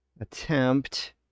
attempt